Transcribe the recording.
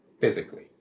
physically